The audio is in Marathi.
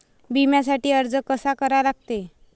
बिम्यासाठी अर्ज कसा करा लागते?